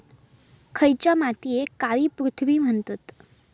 खयच्या मातीयेक काळी पृथ्वी म्हणतत?